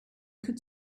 could